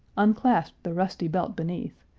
unclasped the rusty belt beneath,